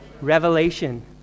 Revelation